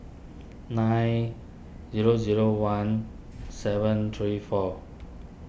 nine zero zero one seven three four